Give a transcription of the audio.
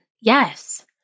Yes